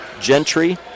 Gentry